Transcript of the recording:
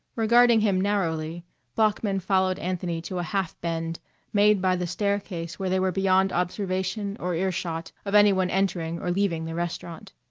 regarding him narrowly bloeckman followed anthony to a half bend made by the staircase where they were beyond observation or earshot of any one entering or leaving the restaurant.